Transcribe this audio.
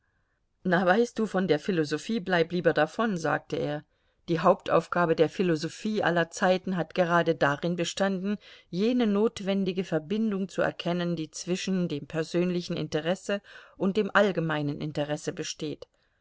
na weißt du von der philosophie bleib lieber davon sagte er die hauptaufgabe der philosophie aller zeiten hat gerade darin bestanden jene notwendige verbindung zu erkennen die zwischen dem persönlichen interesse und dem allgemeinen interesse besteht